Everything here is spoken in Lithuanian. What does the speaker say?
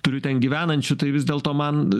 turiu ten gyvenančių tai vis dėlto man